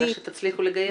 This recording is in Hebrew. רק שתצליחו לגייס אותם.